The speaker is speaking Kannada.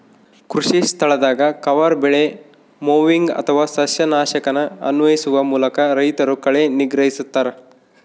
ಕೃಷಿಸ್ಥಳದಾಗ ಕವರ್ ಬೆಳೆ ಮೊವಿಂಗ್ ಅಥವಾ ಸಸ್ಯನಾಶಕನ ಅನ್ವಯಿಸುವ ಮೂಲಕ ರೈತರು ಕಳೆ ನಿಗ್ರಹಿಸ್ತರ